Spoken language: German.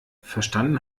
verstanden